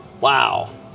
wow